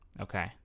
Okay